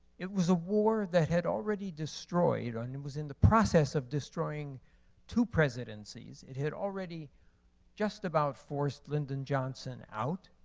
it was a war that had already destroyed, and it was in the process of destroying two presidencies. it had already just about forced lyndon johnson out.